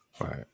Right